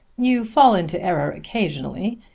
you fall into error occasionally,